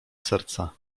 serca